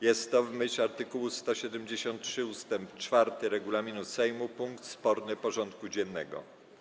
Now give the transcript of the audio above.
Jest to, w myśl art. 173 ust. 4 regulaminu Sejmu, punkt sporny porządku dziennego.